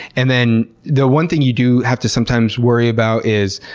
and then the one thing you do have to sometimes worry about is,